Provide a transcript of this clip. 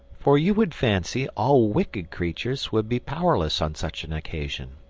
for you would fancy all wicked creatures would be powerless on such an occasion.